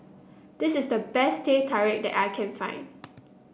this is the best Teh Tarik that I can find